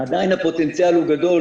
עדיין הפוטנציאל הוא גדול,